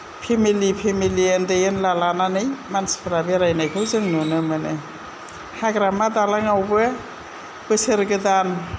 family family ओन्दै ओनला लानानै मानसिफोरा बेरायनायखौ जों नुनो मोनो हाग्रामा दालांआवबो बोसोर गोदान